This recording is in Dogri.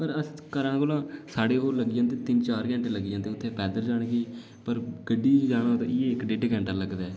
पर अस घरै कोला साढ़े कोल लग्गी जंदे तीन चार घैंटे लग्गी जंदे उत्थै पैद्दल जाने गी पर गड्डी च जाना करियै इक डेढ़ घैंटा लगदा ऐ